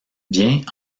vient